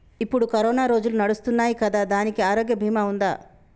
ఇప్పుడు కరోనా రోజులు నడుస్తున్నాయి కదా, దానికి ఆరోగ్య బీమా ఉందా?